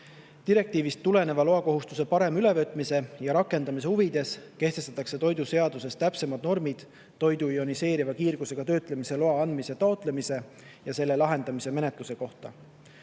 Direktiivist tuleneva loakohustuse parema ülevõtmise ja rakendamise huvides kehtestatakse toiduseaduses täpsemad normid toidu ioniseeriva kiirgusega töötlemise loa andmise, taotlemise ja selle lahendamise menetluse kohta.